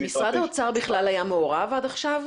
משרד האוצר בכלל היה מעורב עד עכשיו?